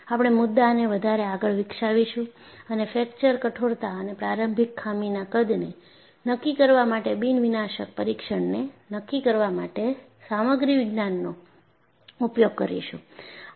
આપણે મુદ્દાને વધારે આગળ વિકસાવીશું અને ફ્રેકચર કઠોરતા અને પ્રારંભિક ખામીના કદને નક્કી કરવા માટે બિન વિનાશક પરીક્ષણને નક્કી કરવા માટે સામગ્રી વિજ્ઞાનનો ઉપયોગ કરીશું